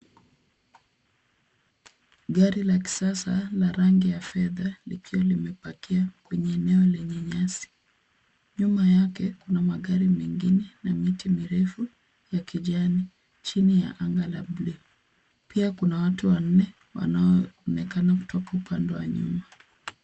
Gari la kisasa la rangi ya fedha likiwa limepakia kwenye eneo lenye nyasi. Nyuma yake kuna magari na miti mirefu ya kijani chini ya anga la bluu. Pia kuna watu wanne wanaoonekana kutoka upande wa nyuma.